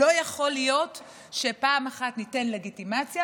לא יכול להיות שפעם אחת ניתן לגיטימציה,